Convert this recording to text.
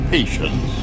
Patience